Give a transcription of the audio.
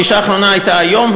הפגישה האחרונה הייתה היום,